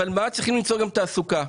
אבל צריך למצוא גם תעסוקה.